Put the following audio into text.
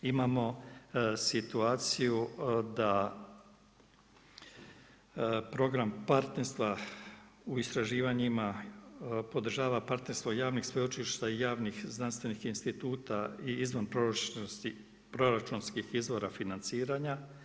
Imamo situaciju da program partnerstva u istraživanjima podržava partnerstvo javnih sveučilišta i javnih znanstvenih instituta i izvan proračunskih izvora financiranja.